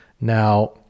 now